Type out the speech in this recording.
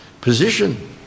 position